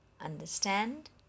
Understand